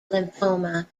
lymphoma